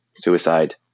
Suicide